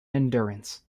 endurance